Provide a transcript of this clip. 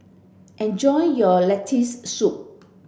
enjoy your Lentil soup